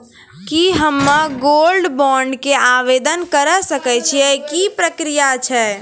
की हम्मय gold bond के आवदेन करे सकय छियै, की प्रक्रिया छै?